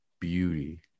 beauty